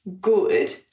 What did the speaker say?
good